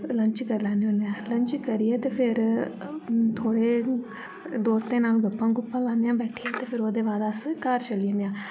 lunch करी लैन्ने होन्ने आं लंच करियै ते फिर थोह्ड़े दोस्ते नाल गप्पां गुप्पा लान्ने आं बैठियै ते फिर ओह्दे बाद अस घर चली जन्ने आं